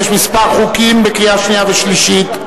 יש כמה חוקים לקריאה שנייה ושלישית,